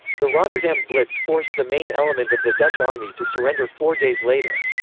the rotterdam blitz forced the main element of the dutch army to surrender four days later.